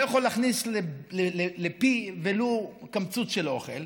לא יכול להכניס לפי ולו קמצוץ של אוכל,